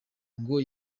ngo